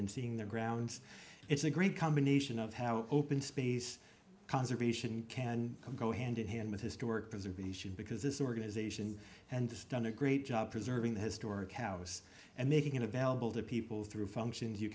and seeing the grounds it's a great combination of how open space conservation can go hand in hand with historic preservation because this organization and this done a great job preserving the historic house and making it available to people through functions you